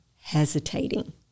hesitating